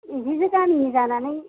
बिदिनो गामिनि जानानै